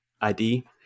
ID